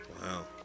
wow